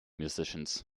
musicians